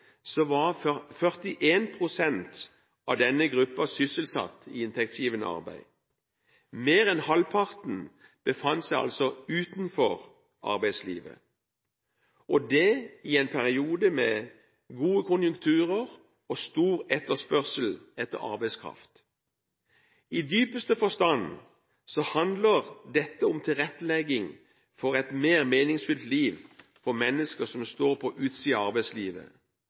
var 41 pst. av denne gruppen sysselsatt i inntektsgivende arbeid. Mer enn halvparten befant seg altså utenfor arbeidslivet – og det i en periode med gode konjunkturer og stor etterspørsel etter arbeidskraft. I dypeste forstand handler dette om tilrettelegging for et mer meningsfylt liv for mennesker som står på utsiden av arbeidslivet,